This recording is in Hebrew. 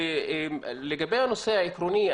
לגבי הנושא העקרוני,